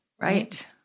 Right